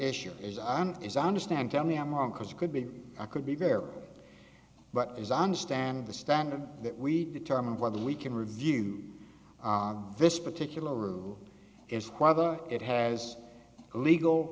issue is on is i understand tell me i'm wrong because it could be i could be there but as i understand the standard that we determine whether we can review this particular rule is whether it has legal